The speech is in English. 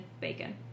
Bacon